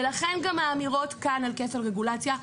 ולכן גם האמירות כאן על כפל רגולציה,